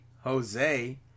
Jose